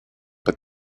but